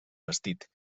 vestit